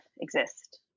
exist